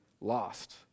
lost